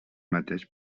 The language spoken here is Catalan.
mateix